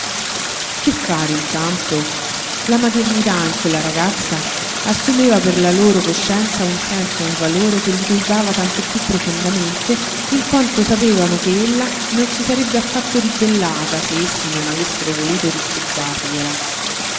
che fare intanto la maternità in quella ragazza assumeva per la loro coscienza un senso e un valore che li turbava tanto piú profondamente in quanto sapevano che ella non si sarebbe affatto ribellata se essi non avessero voluto